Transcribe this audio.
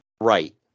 Right